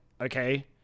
okay